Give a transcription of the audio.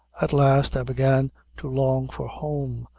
at last i began to long for home,